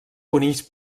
conills